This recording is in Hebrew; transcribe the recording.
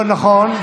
נכון.